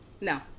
no